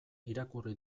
irakurri